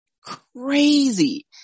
Crazy